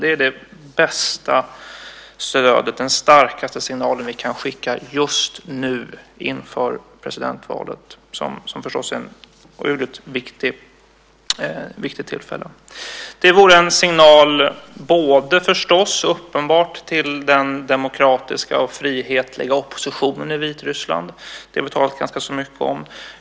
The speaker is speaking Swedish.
Det är det bästa stödet och den starkaste signalen vi kan skicka just nu, inför presidentvalet, som förstås är ett otroligt viktigt tillfälle. Det vore en signal till den demokratiska och frihetliga oppositionen i Vitryssland - det är uppenbart, och det har vi talat ganska mycket om.